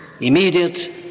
immediate